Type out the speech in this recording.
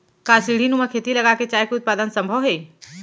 का सीढ़ीनुमा खेती लगा के चाय के उत्पादन सम्भव हे?